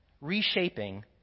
reshaping